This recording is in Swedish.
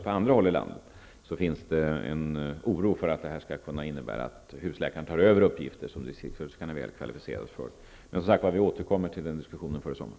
På andra håll i landet finns det emellertid en ore över att husläkaren skall komma att ta över uppgifter som distriktssköterskan är väl kvalificerad att utföra. Vi återkommer, som sagt, till den diskussionen före sommaren.